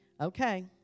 Okay